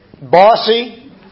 Bossy